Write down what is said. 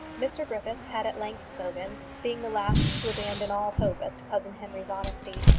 mr griffith had at length spoken, being the last to abandon all hope as to cousin henry's honesty.